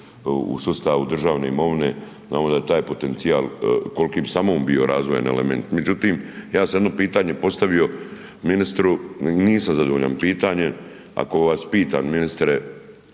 u sustavu državne imovine, znamo da je taj potencijal, koliki bi samo on bio razvojan element. Međutim, ja sam jedno pitanje postavio ministru, nisam zadovoljan pitanjem, ako vas pitam ministre